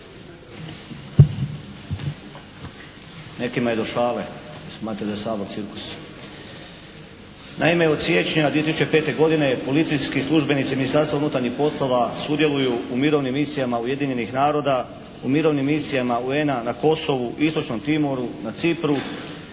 Nekima je do šale, smatraju da je Sabor cirkus. Naime, od siječnja 2005. godine policijski službenici Ministarstva unutarnjih poslova sudjeluju u mirovnim misijama Ujedinjenih naroda, u mirovnim misijama UN-a na Kosovu, istočnom Timoru, na Cipru